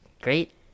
Great